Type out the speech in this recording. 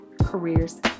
careers